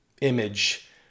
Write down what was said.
image